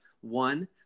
one